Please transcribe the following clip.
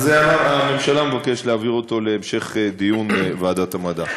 אז הממשלה מבקשת להעביר אותו להמשך דיון בוועדת המדע.